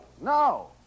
No